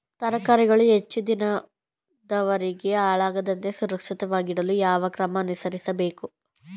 ತರಕಾರಿಗಳು ಹೆಚ್ಚು ದಿನದವರೆಗೆ ಹಾಳಾಗದಂತೆ ಸುರಕ್ಷಿತವಾಗಿಡಲು ಯಾವ ಕ್ರಮ ಅನುಸರಿಸಬೇಕು?